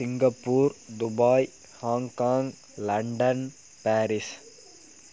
Singapore Dubai Hong Kong London Paris